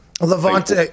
Levante